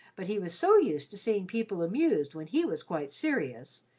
but he was so used to seeing people amused when he was quite serious,